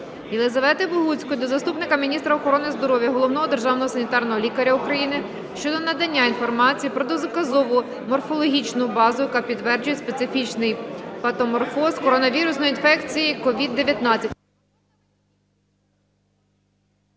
Єлізавети Богуцької до заступника міністра охорони здоров'я - Головного державного санітарного лікаря України щодо надання інформації про доказову морфологічну базу, яка підтверджує специфічний патоморфоз коронавірусної інфекції СOVID-19.